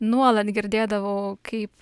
nuolat girdėdavau kaip